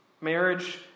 Marriage